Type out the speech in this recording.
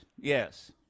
Yes